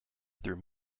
through